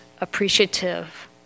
appreciative